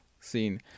scene